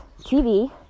TV